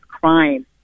crime